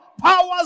powers